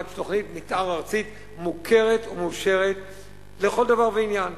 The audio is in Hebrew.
תוכנית מיתאר ארצית מוכרת ומאושרת לכל דבר ועניין.